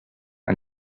and